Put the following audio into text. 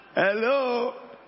Hello